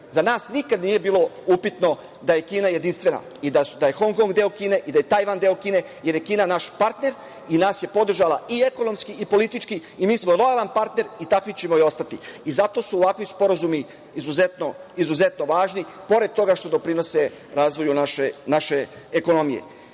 za nas nikada nije bilo upitno da je Kina jedinstvena i da je Hong Kong deo Kine i da je Tajvan deo Kine jer je Kina naš partner i nas je podržala i ekonomski i politički i mi smo lojalan partner i takvi ćemo i ostati i zato su ovakvi sporazumi izuzetno važni pored toga što doprinose razvoju naše ekonomije. Kao